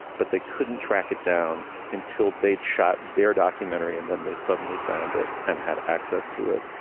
but they couldn't track it down until they'd shot their documentary, and then they suddenly found it and had access to it.